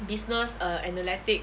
business err analytic